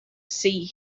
sea